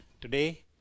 today